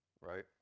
right